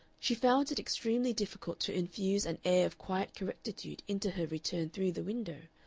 she found it extremely difficult to infuse an air of quiet correctitude into her return through the window,